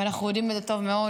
ואנחנו יודעים את זה טוב מאוד,